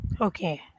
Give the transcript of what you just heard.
Okay